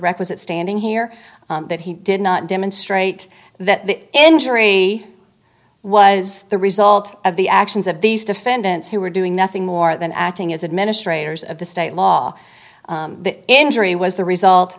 requisite standing here that he did not demonstrate that the injury was the result of the actions of these defendants who were doing nothing more than acting as administrators of the state law that injury was the result